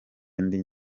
ndi